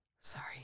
Sorry